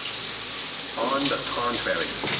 on the contrary.